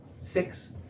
six